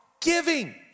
giving